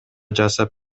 жасап